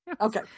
Okay